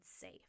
safe